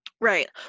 Right